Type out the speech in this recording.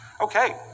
Okay